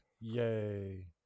yay